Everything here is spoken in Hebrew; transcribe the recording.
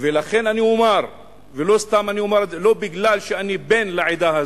ולכן אני אומר, ולא כי אני בן לעדה הזאת,